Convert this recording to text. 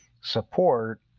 support